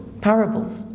parables